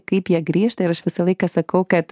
kaip jie grįžta ir aš visą laiką sakau kad